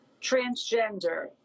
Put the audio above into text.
transgender